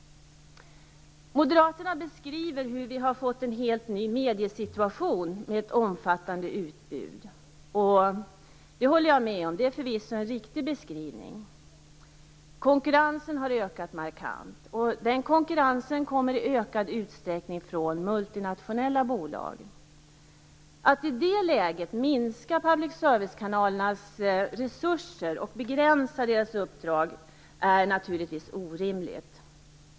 Moderaterna beskriver hur vi har fått en helt ny mediesituation med ett omfattande utbud. Det håller jag med om. Det är förvisso en riktig beskrivning. Konkurrensen har ökat markant. Den konkurrensen kommer i ökad utsträckning från multinationella bolag. Att i det läget minska public service-kanalernas resurser och begränsa deras uppdrag är naturligtvis orimligt.